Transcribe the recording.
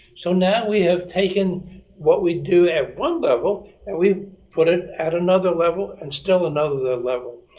so, now we have taken what we do at one level and we've put it at another level and still another level.